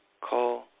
call